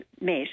met